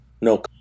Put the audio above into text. No